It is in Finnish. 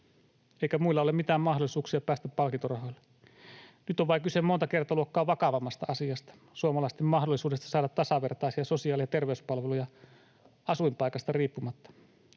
eikä muilla ole mitään mahdollisuuksia päästä palkintorahoille. Nyt on vain kyse monta kertaluokkaa vakavammasta asiasta, suomalaisten mahdollisuudesta saada tasavertaisia sosiaali- ja terveyspalveluja asuinpaikasta riippumatta.